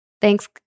Thanks